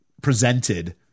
presented